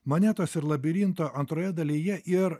monetos ir labirinto antroje dalyje ir